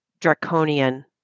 draconian